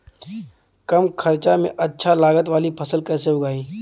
कम खर्चा में अच्छा लागत वाली फसल कैसे उगाई?